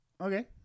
Okay